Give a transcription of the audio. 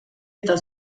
eta